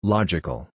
Logical